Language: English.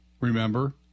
Remember